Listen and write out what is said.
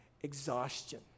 exhaustion